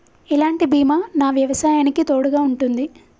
ఎలాంటి బీమా నా వ్యవసాయానికి తోడుగా ఉంటుంది?